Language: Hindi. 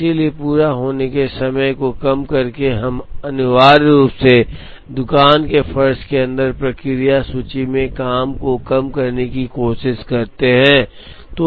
इसलिए पूरा होने के समय को कम करके हम अनिवार्य रूप से दुकान के फर्श के अंदर प्रक्रिया सूची में काम को कम करने की कोशिश करते हैं